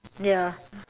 ya